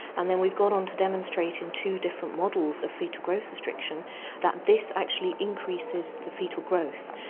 and then we've gone on to demonstrate in two different models of foetal growth restriction that this actually increases the foetal growth.